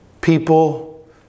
people